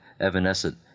evanescent